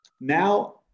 now